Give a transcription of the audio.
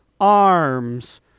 arms